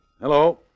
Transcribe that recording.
Hello